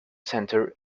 center